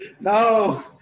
no